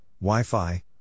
Wi-Fi